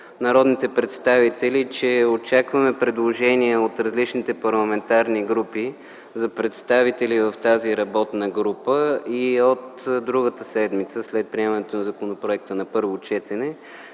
народните представители, че очакваме предложения от различните парламентарни групи за представители в тази работна група. От следващата седмица – след приемането на законопроекта на първо четене,